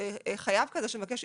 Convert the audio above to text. שחייב כזה שמבקש,